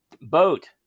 Boat